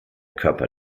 körper